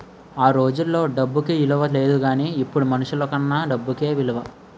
ఆ రోజుల్లో డబ్బుకి ఇలువ లేదు గానీ ఇప్పుడు మనుషులకన్నా డబ్బుకే ఇలువ